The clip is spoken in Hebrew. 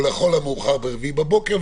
או לכל המאוחר ביום רביעי בבוקר,